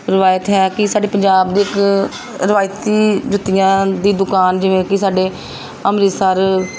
ਰਵਾਇਤ ਹੈ ਕਿ ਸਾਡੇ ਪੰਜਾਬ ਇੱਕ ਰਵਾਇਤੀ ਜੁੱਤੀਆਂ ਦੀ ਦੁਕਾਨ ਜਿਵੇਂ ਕਿ ਸਾਡੇ ਅੰਮ੍ਰਿਤਸਰ